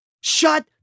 Shut